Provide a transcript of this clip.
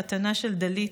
חתנה של דלית,